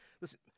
Listen